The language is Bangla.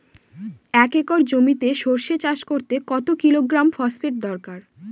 এক একর জমিতে সরষে চাষ করতে কত কিলোগ্রাম ফসফেট দরকার?